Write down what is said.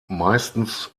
meistens